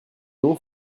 non